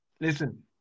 Listen